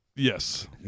Yes